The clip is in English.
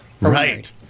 Right